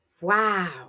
Wow